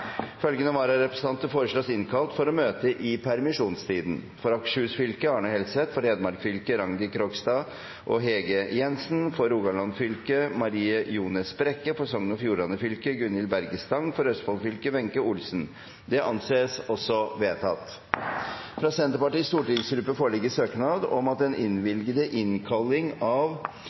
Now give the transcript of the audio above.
Følgende vararepresentanter innkalles for å møte i permisjonstiden: For Akershus fylke: Are HelsethFor Hedmark fylke: Rangdi Krogstad og Hege JensenFor Rogaland fylke: Marie Ljones BrekkeFor Sogn og Fjordane fylke: Gunhild Berge StangFor Østfold fylke: Wenche Olsen. Fra Senterpartiets stortingsgruppe foreligger søknad om at den innvilgede innkalling av